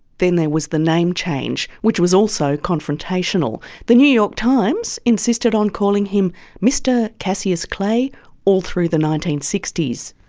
then there was the name change, which was also confrontational. the new york times insisted on calling him mr cassius clay all through the nineteen sixty s.